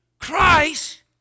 Christ